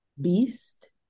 beast